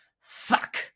Fuck